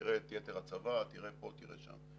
תראה את יתר הצבא, תראה פה, תראה שם.